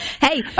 Hey